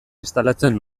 instalatzen